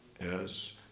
Yes